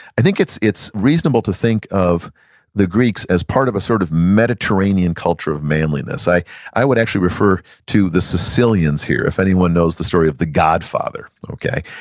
i think it's it's reasonable to think of the greeks as part of a sort of mediterranean culture of manliness. i i would actually refer to the sicilians here. if anyone knows the story of the godfather, okay?